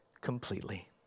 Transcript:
completely